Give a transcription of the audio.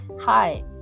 hi